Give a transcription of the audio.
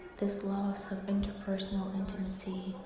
this loss of interpersonal intimacy.